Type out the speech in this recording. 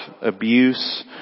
abuse